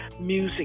music